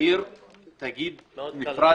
מודיעין למשל.